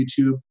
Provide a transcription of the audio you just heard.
YouTube